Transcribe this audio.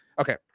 Okay